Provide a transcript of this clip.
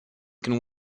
can